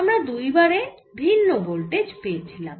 আমরা দুই বারে ভিন্ন ভোল্টেজ পেয়েছিলাম